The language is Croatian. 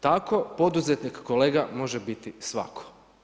Tako poduzetnik kolega, može biti svatko.